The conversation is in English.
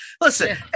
Listen